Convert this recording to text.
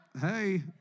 hey